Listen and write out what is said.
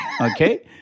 okay